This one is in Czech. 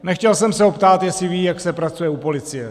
Nechtěl jsem se ho ptát, jestli ví, jak se pracuje u policie.